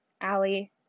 Allie